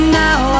now